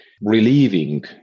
relieving